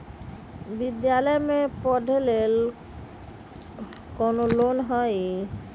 विद्यालय में पढ़े लेल कौनो लोन हई?